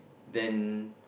then